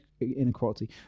inequality